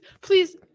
please